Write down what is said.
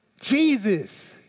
Jesus